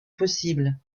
possible